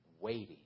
Waiting